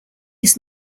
his